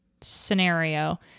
scenario